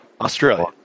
Australia